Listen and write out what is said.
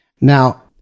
Now